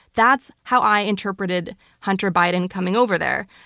that's how i interpreted hunter biden coming over there.